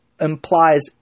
implies